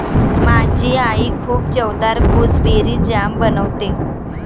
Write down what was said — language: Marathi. माझी आई खूप चवदार गुसबेरी जाम बनवते